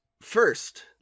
First